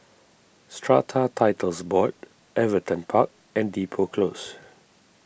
Strata Titles Board Everton Park and Depot Close